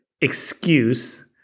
excuse